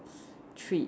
treats